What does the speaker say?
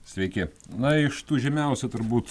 sveiki na iš tų žymiausių turbūt